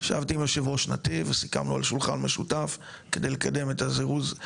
ישבתי עם יושב ראש "נתי"ב" וסיכמנו על שולחן משותף כדי לקדם את הזירוז,